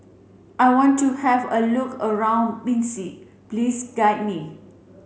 I want to have a look around Minsk Please guide me